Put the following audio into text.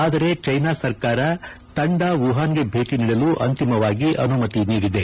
ಆದರೆ ಚೈನಾ ಸರ್ಕಾರ ತಂಡ ವುಹಾನ್ಗೆ ಭೇಟಿ ನೀಡಲು ಅಂತಿಮವಾಗಿ ಅನುಮತಿ ನೀಡಿದೆ